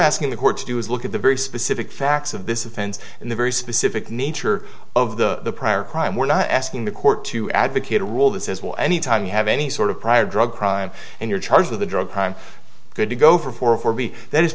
asking the court to do is look at the very specific facts of this event and the very specific nature of the prior crime we're not asking the court to advocate a rule that says well anytime you have any sort of prior drug crime and you're charged with a drug crime good to go for